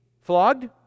flogged